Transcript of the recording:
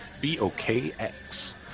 B-O-K-X